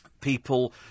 people